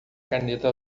caneta